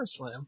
SummerSlam